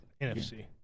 NFC